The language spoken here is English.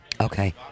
Okay